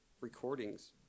recordings